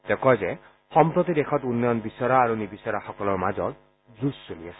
তেওঁ কয় যে সম্প্ৰতি দেশত উন্নয়ন বিচৰাসকলৰ আৰু উন্নয়ন নিবিচৰাসকলৰ মাজত যুঁজ চলি আছে